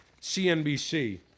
CNBC